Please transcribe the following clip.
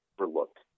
overlooked